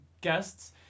guests